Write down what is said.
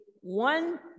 one